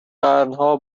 قرنها